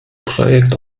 projekt